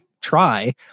try